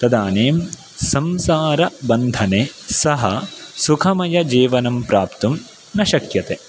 तदानीं संसारबन्धने सः सुखमयजीवनं प्राप्तुं न शक्यते